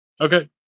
Okay